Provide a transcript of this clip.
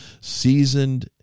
seasoned